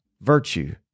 virtue